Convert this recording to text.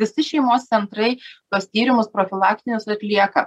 visi šeimos centrai tuos tyrimus profilaktinius atlieka